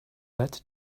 that